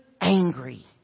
angry